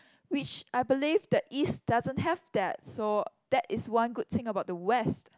which I believe the east doesn't have that so that is one good thing about the west